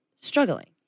struggling